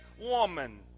woman